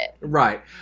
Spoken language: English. Right